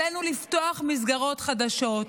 עלינו לפתוח מסגרות חדשות.